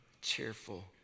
cheerful